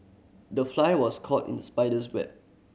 the fly was caught in spider's web